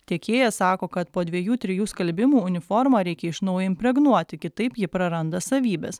tiekėjas sako kad po dviejų trijų skalbimų uniformą reikia iš naujo impregnuoti kitaip ji praranda savybes